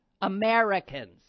Americans